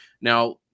Now